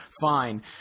Fine